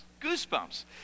goosebumps